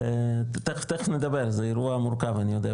תיכף נדבר זה אירוע מורכב אני יודע,